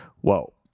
whoa